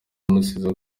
amuziza